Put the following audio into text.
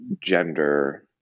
gender